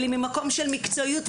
אלא ממקום של מקצועיות,